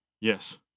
Yes